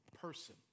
person